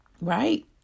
Right